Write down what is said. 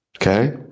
Okay